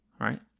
Right